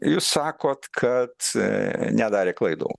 jūs sakot kad nedarė klaidų